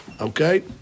Okay